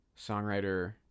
Songwriter